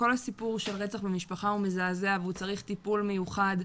כל הסיפור של רצח במשפחה הוא מזעזע והוא צריך טיפול מיוחד,